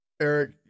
Eric